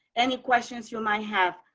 any questions you might have,